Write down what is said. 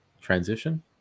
transition